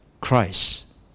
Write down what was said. Christ